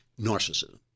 narcissism